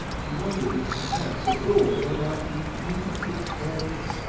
he wondered if perhaps abroad there might be beautifully careless,